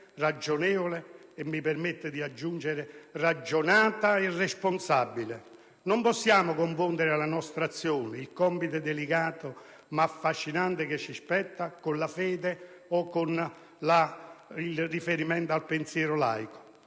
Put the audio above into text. ragionevole e - mi permetto di aggiungere - ragionata e responsabile. Non possiamo confondere la nostra azione, il compito delicato ma affascinante che ci spetta con la fede o con il riferimento al pensiero laico.